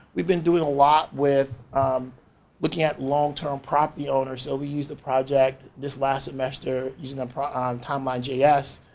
we've been doing a lot with looking at long-term property owner. so we use the project, this last semester using the ah um timeline js.